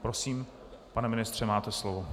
Prosím, pane ministře, máte slovo.